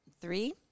Three